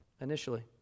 initially